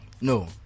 no